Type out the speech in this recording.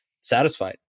satisfied